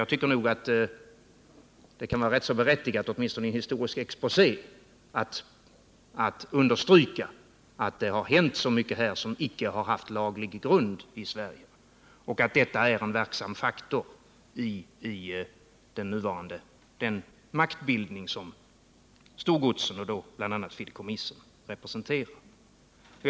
Jag tycker nog att det kan vara rätt så berättigat — åtminstone i en historisk exposé — att understryka att det har hänt mycket i Sverige som inte har haft laglig grund och att detta har varit en verksam faktor i den maktbildning som storgodsen och fideikommissen representerar.